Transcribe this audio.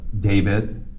David